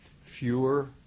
fewer